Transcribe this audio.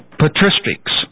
patristics